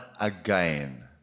again